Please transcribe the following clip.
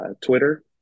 twitter